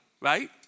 right